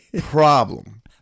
problem